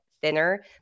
thinner